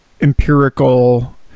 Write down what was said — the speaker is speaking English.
empirical